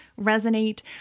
resonate